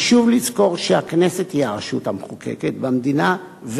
חשוב לזכור שהכנסת היא הרשות המחוקקת במדינה,